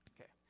okay